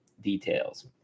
details